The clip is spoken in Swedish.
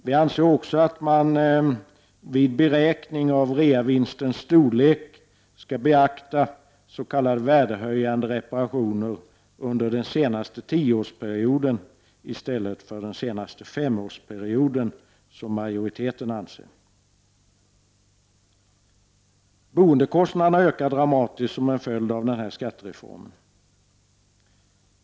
Vi anser också att man vid beräkning av reavinstens storlek skall beakta s.k. värdehöjande reparationer under den senaste tioårsperioden i stället för under den senaste femårsperioden, som majoriteten anser. Boendekostnaderna ökar dramatiskt som en följd av skattereformen.